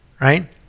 right